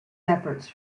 efforts